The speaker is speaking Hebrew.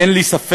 אין לי ספק